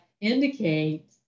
indicate